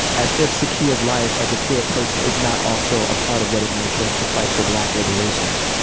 as if sakia's life as a queer person is not also a part of what it means to to fight for black liberation.